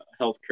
healthcare